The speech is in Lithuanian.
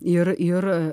ir ir